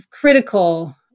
critical